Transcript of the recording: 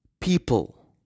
people